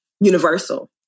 universal